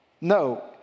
No